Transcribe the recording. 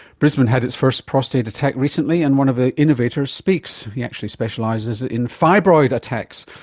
brisbane had its first prostate attack recently and one of the innovators speaks. he actually specialises in fibroid attacks,